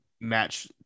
match